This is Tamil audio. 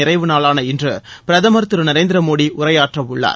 நிறைவு நாளான இன்று பிரதமர் திரு நரேந்திர மோடி உரையாற்றவுள்ளார்